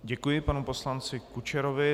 Děkuji panu poslanci Kučerovi.